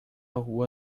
rua